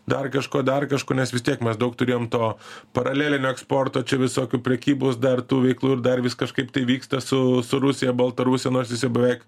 dar kažko dar kažko nes vis tiek mes daug turėjom to paralelinio eksporto čia visokių prekybos dar tų veiklų ir dar vis kažkaip tai vyksta su rusija baltarusija nors jis jau beveik